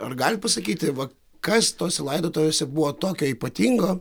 ar galite pasakyti va kas tose laidotuvėse buvo tokia ypatingo